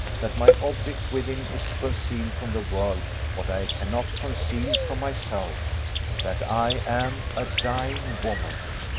that my object with him is to conceal from the world what i cannot conceal from myself that i am a dying woman.